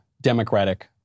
Democratic